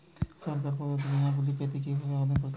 সরকার প্রদত্ত বিমা গুলি পেতে কিভাবে আবেদন করতে হবে?